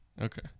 Okay